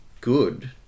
good